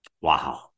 wow